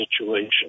situation